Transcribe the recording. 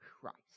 Christ